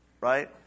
Right